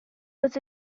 was